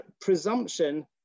presumption